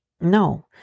No